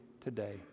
today